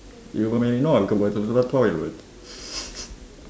you may know I'm going to to the toilet